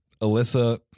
Alyssa